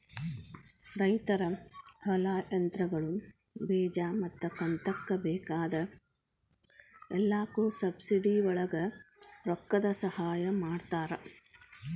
ರೈತರ ಹೊಲಾ, ಯಂತ್ರಗಳು, ಬೇಜಾ ಮತ್ತ ಕಂತಕ್ಕ ಬೇಕಾಗ ಎಲ್ಲಾಕು ಸಬ್ಸಿಡಿವಳಗ ರೊಕ್ಕದ ಸಹಾಯ ಮಾಡತಾರ